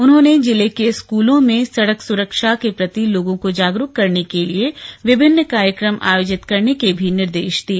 उन्होंने जिले की स्कूलों में सड़क सुरक्षाओं के प्रति लोगों को जागरूक करने के लिए विभिन्न कार्यक्रम आयोजित करने के निर्देश भी दिए